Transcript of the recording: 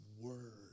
word